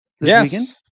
Yes